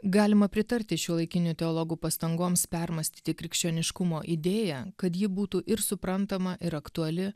galima pritarti šiuolaikinių teologų pastangoms permąstyti krikščioniškumo idėją kad ji būtų ir suprantama ir aktuali